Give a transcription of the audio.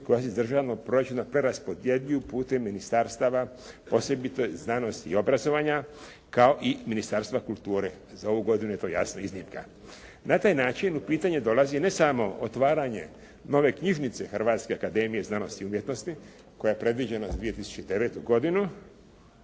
koja se iz državnog proračuna preraspodjeljuju putem ministarstava osobito znanosti i obrazovanja, kao i Ministarstva kulture. Za ovu godinu je to jasno iznimka. Na taj način u pitanje dolazi ne samo otvaranje nove knjižnice Hrvatske akademije znanosti i umjetnosti koja je predviđena za 2009. godinu